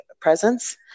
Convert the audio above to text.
presence